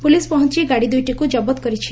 police ପହଞ୍ ଗାଡ଼ି ଦୁଇଟିକୁ ଜବତ କରିଛି